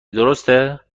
درسته